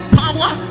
power